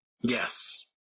yes